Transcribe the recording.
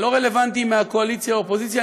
לא רלוונטי אם מהקואליציה או האופוזיציה,